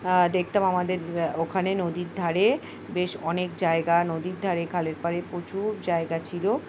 দেখতাম আমাদের ওখানে নদীর ধারে বেশ অনেক জায়গা নদীর ধারে খালের পাড়ে প্রচুর জায়গা ছিল